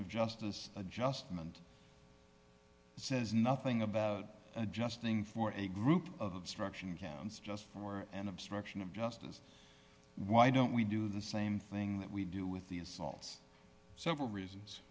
of justice adjustment says nothing about adjusting for a group of obstruction counts just for an obstruction of justice why don't we do the same thing that we do with the assaults several reasons